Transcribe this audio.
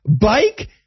bike